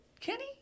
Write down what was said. Kenny